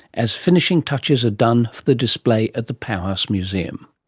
as fishing touches are done for the display at the powerhouse museum.